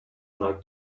like